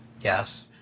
Yes